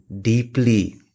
deeply